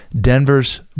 Denver's